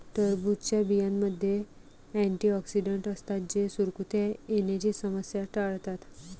टरबूजच्या बियांमध्ये अँटिऑक्सिडेंट असतात जे सुरकुत्या येण्याची समस्या टाळतात